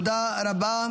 תודה רבה.